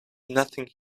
nothing